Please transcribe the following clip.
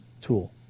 tool